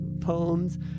poems